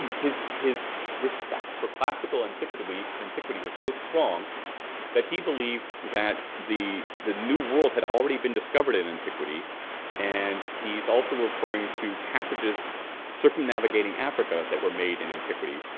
and his his respect for classical antiquity antiquity was so strong that he believed that the the new world had already been discovered in antiquity and he's also referring to passages circumnavigating africa that were made in antiquity.